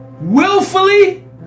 willfully